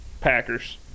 Packers